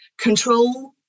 Control